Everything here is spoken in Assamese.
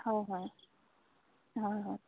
হয় হয় হয় হয়